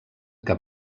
que